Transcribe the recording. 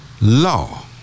law